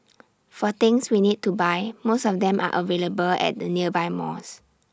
for things we need to buy most of them are available at the nearby malls